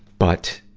but,